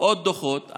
עוד דוחות.